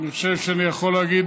אני חושב שאני יכול להגיד,